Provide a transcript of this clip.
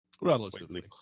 Relatively